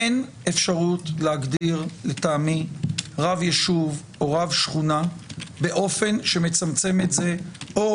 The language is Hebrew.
אין אפשרות להגדיר לטעמי רב יישוב או רב שכונה באופן שמצמצם את זה או